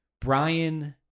Brian